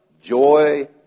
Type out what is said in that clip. joy